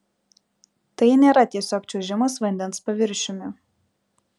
tai nėra tiesiog čiuožimas vandens paviršiumi